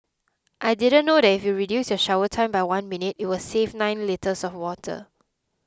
I didn't know that if you reduce your shower time by one minute it will save nine litres of water